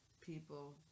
people